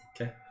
Okay